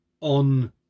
on